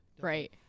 right